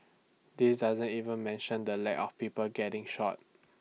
this doesn't even mention the lack of people getting shot